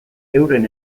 euren